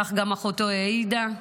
כך גם אחותו העידה,